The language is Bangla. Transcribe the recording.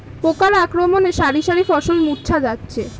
পোকার আক্রমণে শারি শারি ফসল মূর্ছা যাচ্ছে